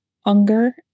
hunger